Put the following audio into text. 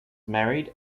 married